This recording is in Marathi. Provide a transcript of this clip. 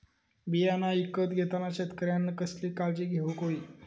बियाणा ईकत घेताना शेतकऱ्यानं कसली काळजी घेऊक होई?